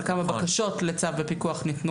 על כמה בקשות לצו בפיקוח ניתנו